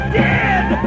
dead